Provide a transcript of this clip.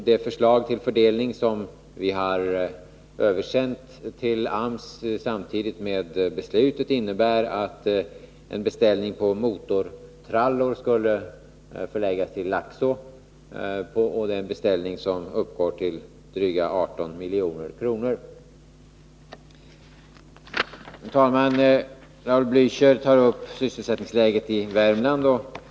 Det förslag till fördelning som vi har översänt till AMS samtidigt med beslutet innebär att en beställning på motortrallor skulle förläggas till Laxå. Beställningen uppgår till ett belopp av dryga 18 milj.kr. Herr talman! Raul Blächer tog upp sysselsättningsläget i Värmland.